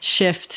shift